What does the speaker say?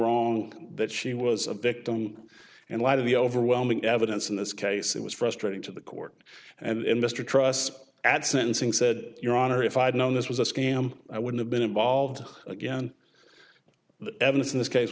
wrong that she was a victim and light of the overwhelming evidence in this case it was frustrating to the court and mr truss at sentencing said your honor if i'd known this was a scam i would have been involved again the evidence in this case